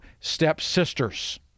stepsisters